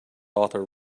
author